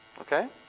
Okay